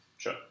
Sure